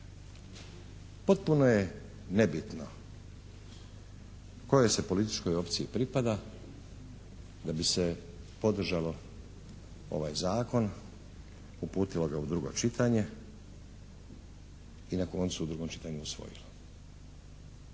Potpuno je nebitno kojoj se političkoj opciji pripada da bi se podržalo ovaj zakon, uputilo ga u drugo čitanje i na koncu u drugom čitanju usvojilo.